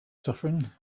suffering